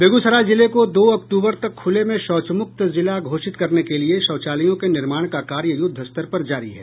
बेगूसराय जिले को दो अक्टूबर तक खुले में शौचमुक्त जिला घोषित करने के लिए शौचालयों के निर्माण का कार्य युद्धस्तर पर जारी है